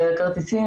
הכרטיסים,